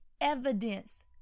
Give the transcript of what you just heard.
evidence